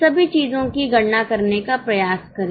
सभी चीजों की गणना करने का प्रयास करें